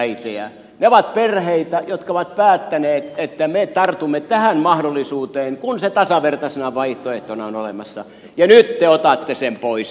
ne ovat perheitä jotka ovat päättäneet että me tartumme tähän mahdollisuuteen kun se tasavertaisena vaihtoehtona on olemassa ja nyt te otatte sen pois